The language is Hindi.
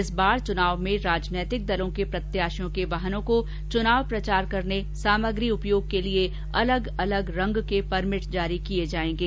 इस बार चुनाव में राजनीतिक दलों के प्रत्याशियों के वाहनों को चुनाव प्रचार करने सामग्री उपयोग के लिए अलग अलग रंग के परमिट जारी किए जाएंगे